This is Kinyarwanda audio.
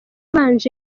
yabanje